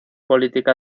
política